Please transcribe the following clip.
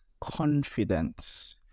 confidence